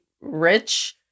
rich